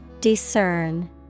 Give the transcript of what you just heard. Discern